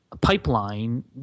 pipeline